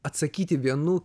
atsakyti vienu